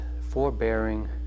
forbearing